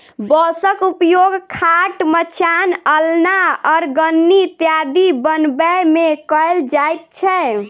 बाँसक उपयोग खाट, मचान, अलना, अरगनी इत्यादि बनबै मे कयल जाइत छै